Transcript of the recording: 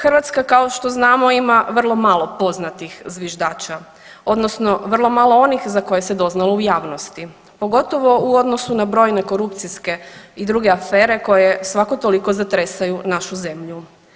Hrvatska kao što znamo ima vrlo malo poznatih zviždača, odnosno vrlo malo onih za koje se doznalo u javnosti pogotovo u odnosu na brojne korupcijske i druge afere koje svako toliko zatresaju našu zemlju.